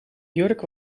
jurk